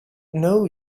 know